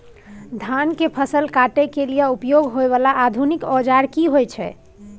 धान के फसल काटय के लिए उपयोग होय वाला आधुनिक औजार की होय छै?